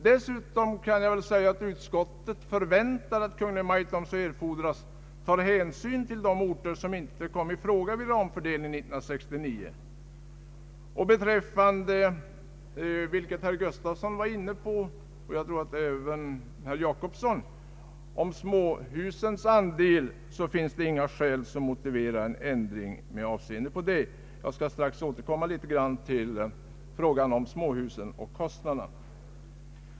Dessutom förväntar utskottet att Kungl. Maj:t om så erfordras tar hänsyn till de orter som inte kom i fråga vid ramfördelningen 1969. Beträffande frågan om småhusens andel, vilket herr Nils-Eric Gustafsson och jag tror även herr Per Jacobsson var inne på, föreligger inga skäl som motiverar en ändring av det beslut som föregående års riksdag fattade. Jag skall strax återkomma till frågan om småhusen och kostnaderna.